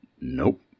nope